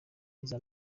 huza